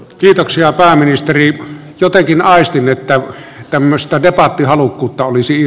kiitoksia pääministeri jotenkin aistin että tämmöistä ja paatti halukkuutta olisi